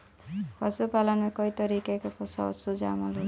पशुपालन में कई तरीके कअ पशु शामिल होलन